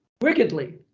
wickedly